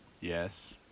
Yes